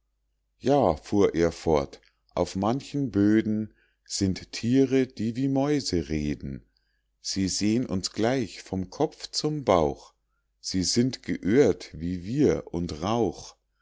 ja fuhr er fort auf manchen böden sind thiere die wie mäuse reden sie sehn uns gleich vom kopf zum bauch sie sind geöhrt wie wir und rauch